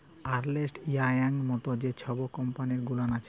আর্লেস্ট ইয়াংয়ের মতল যে ছব কম্পালি গুলাল আছে